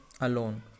alone